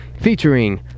featuring